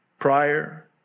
prior